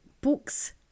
books